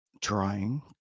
trying